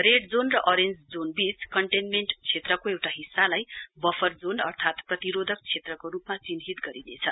red zone र orange zone बीच containment क्षेत्रको एउटा हिस्सालाई बफर जोन अर्थात प्रतिरोधक क्षेत्रको रूपमा चिन्हित गरिनेछ